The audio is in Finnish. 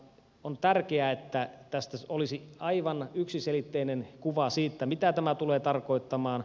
on tärkeää että olisi aivan yksiselitteinen kuva siitä mitä tämä tulee tarkoittamaan